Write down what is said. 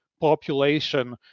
population